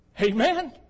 Amen